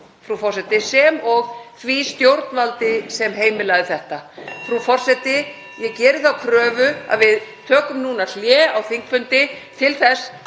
það ljóst sem og því stjórnvaldi sem heimilaði þetta.“ Frú forseti. Ég geri þá kröfu að við tökum núna hlé á þingfundi til þess